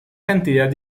cantidad